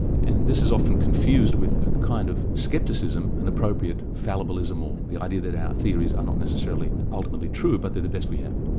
and this is often confused with a kind of scepticism, an appropriate fallibilism, or the idea that our theories are not necessarily ultimately true, but they're the best we have.